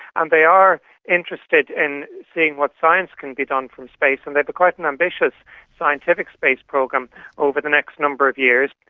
and they are interested in seeing what science can be done from space and they have but quite an ambitious scientific space program over the next number of years.